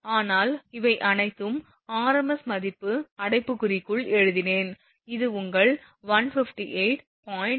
ஆனால் இவை அனைத்தும் rms மதிப்பு அடைப்புக்குறிக்குள் எழுதினேன் இது உங்கள் 158